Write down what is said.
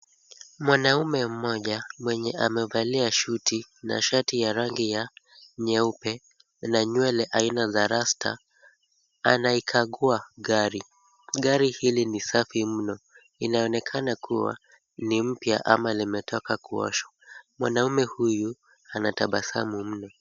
Mwanaume mmoja mwenye amevalia suti na shati ya rangi ya nyeupe na nywele aina za rasta anaikagua gari. Gari hili ni safi mno. Inaonekana kuwa ni mpya ama imetoka kuoshwa. Mwanaume huyu anatabasamu mno.